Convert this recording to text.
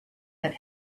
that